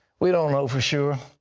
we don't know for sure.